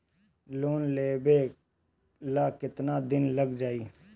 Loan लेबे ला कितना दिन लाग जाई?